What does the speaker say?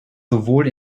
sowohl